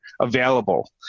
available